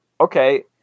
Okay